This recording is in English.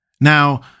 Now